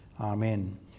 amen